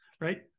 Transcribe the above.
right